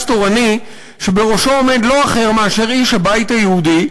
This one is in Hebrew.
תורני שבראשו עומד לא אחר מאשר איש הבית היהודי,